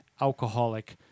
alcoholic